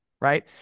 right